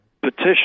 petition